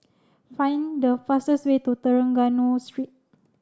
find the fastest way to Trengganu Street